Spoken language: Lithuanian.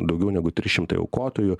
daugiau negu trys šimtai aukotojų